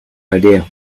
idea